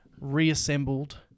reassembled